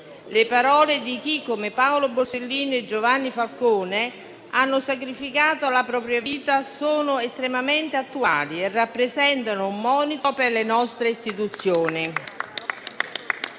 Le parole di chi, come Paolo Borsellino e Giovanni Falcone, hanno sacrificato la propria vita sono estremamente attuali e rappresentano un monito per le nostre istituzioni.